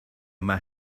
yma